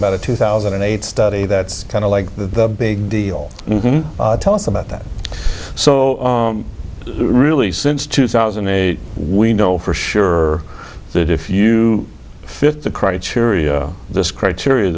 about a two thousand and eight study that's kind of like the big deal and tell us about that so really since two thousand and eight we know for sure that if you fit the criteria this criteria